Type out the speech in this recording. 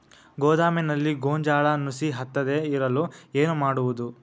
ಗೋದಾಮಿನಲ್ಲಿ ಗೋಂಜಾಳ ನುಸಿ ಹತ್ತದೇ ಇರಲು ಏನು ಮಾಡುವುದು?